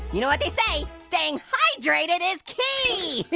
you know what they say, staying hydrated is key.